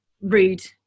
rude